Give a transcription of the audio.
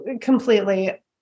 completely